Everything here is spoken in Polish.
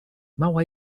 mała